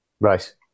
Right